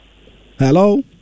hello